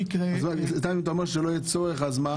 ואם אתה אומר שלא יהיה צורך, אז מה?